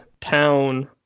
town